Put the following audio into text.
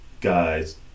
guys